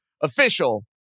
official